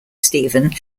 stephen